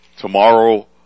tomorrow